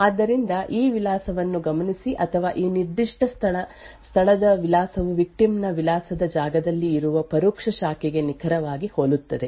ಆದ್ದರಿಂದ ಈ ವಿಳಾಸವನ್ನು ಗಮನಿಸಿ ಅಥವಾ ಈ ನಿರ್ದಿಷ್ಟ ಸ್ಥಳದ ವಿಳಾಸವು ವಿಕ್ಟಿಮ್ ನ ವಿಳಾಸದ ಜಾಗದಲ್ಲಿ ಇರುವ ಪರೋಕ್ಷ ಶಾಖೆಗೆ ನಿಖರವಾಗಿ ಹೋಲುತ್ತದೆ